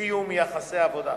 לסיום יחסי העבודה.